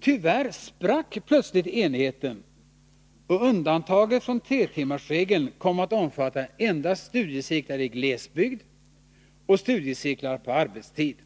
Tyvärr sprack plötsligt enigheten, och undantaget från tretimmarsregeln kom att omfatta endast studiecirklar i glesbygd och studiecirklar på arbetstid.